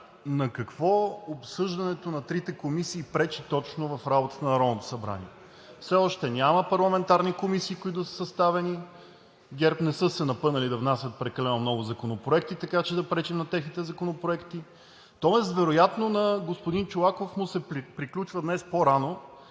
на какво обсъждането на трите комисии пречи точно в работата на Народното събрание? Все още няма парламентарни комисии, които да са съставени, ГЕРБ не са се напънали да внасят прекалено много законопроекти, така че да пречим на техните законопроекти. Тоест вероятно на господин Чолаков му се приключва днес по-рано,